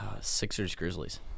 Sixers-Grizzlies